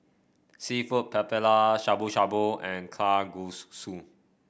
seafood Paella Shabu Shabu and